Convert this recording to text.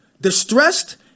distressed